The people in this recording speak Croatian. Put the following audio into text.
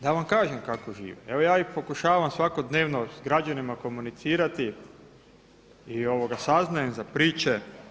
Da vam kažem kako žive, evo ja pokušavam svakodnevno s građanima komunicirati i saznajem za priče.